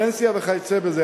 פנסיה וכיוצא בזה.